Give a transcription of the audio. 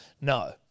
No